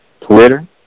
Twitter